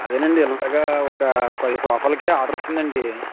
అదేనండి ఇలాగా ఒక ఫైవ్ సోఫాలకి ఆర్డర్ వచ్చిందండి